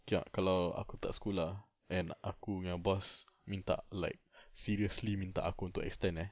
okay ah kalau aku tak sekolah then aku punya boss minta like seriously minta aku untuk extend eh